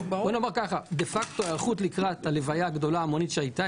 דה פקטו ההיערכות לקראת הלוויה גדולה והמונית שהייתה,